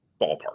ballpark